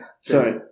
Sorry